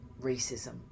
racism